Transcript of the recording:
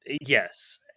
Yes